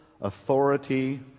authority